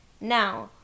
now